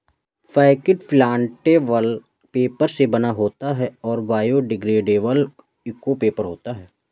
packet plantable paper से बना होता है और बायोडिग्रेडेबल इको पेपर होता है